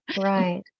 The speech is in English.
Right